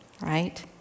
right